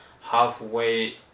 Halfway